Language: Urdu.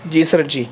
جی سر جی